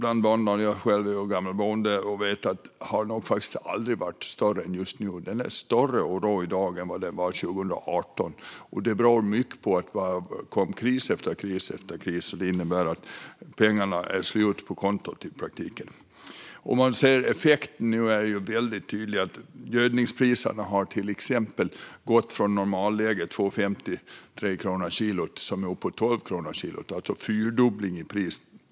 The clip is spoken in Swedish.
Jag är själv gammal bonde, och jag vet att oron bland bönderna nog aldrig har varit större än just nu. Det är en större oro i dag än vad det var 2018. Det beror mycket på att det kommit kris efter kris, vilket innebär att pengarna i praktiken är slut på kontot. Man ser effekten väldigt tydligt. Gödningspriserna har till exempel gått från normalläget 2,50-3 kronor kilot till uppemot 12 kronor kilot, alltså en fyrdubbling av priset.